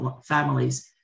families